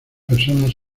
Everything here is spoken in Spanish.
personas